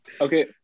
Okay